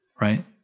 right